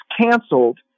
canceled